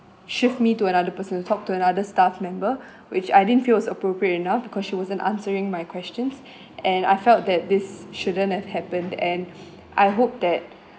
shift me to another person talk to another staff member which I didn't feel was appropriate enough because she wasn't answering my questions and I felt that this shouldn't have happened and I hope that